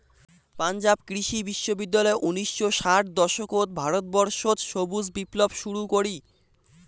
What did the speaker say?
পাঞ্জাব কৃষি বিশ্ববিদ্যালয় উনিশশো ষাট দশকত ভারতবর্ষত সবুজ বিপ্লব শুরু করি